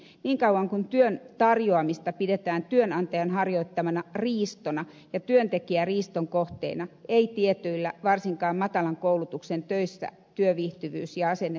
niin kauan kuin työn tarjoamista pidetään työnantajan harjoittamana riistona ja työntekijää riiston kohteena ei tietyissä varsinkaan matalan koulutuksen töissä työviihtyvyys ja asenne työntekoon muutu